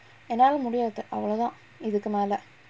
என்னால முடியாது அவ்ளோதான் இதுக்கு மேல:ennaala mudiyathu avlothaan ithukku mela